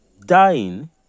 dying